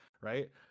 right